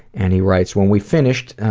and he writes, when we finished,